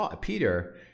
Peter